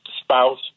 spouse